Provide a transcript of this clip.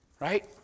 Right